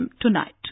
tonight